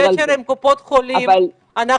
גברתי,